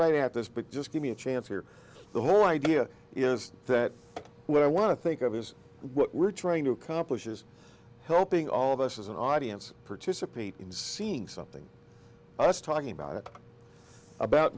right at this but just give me a chance here the whole idea is that what i want to think of is what we're trying to accomplish is helping all of us as an audience participate in seeing something us talking about it about